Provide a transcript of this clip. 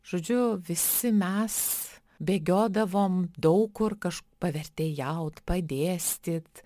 žodžiu visi mes bėgiodavom daug kur kaš pavertėjaut padėstyt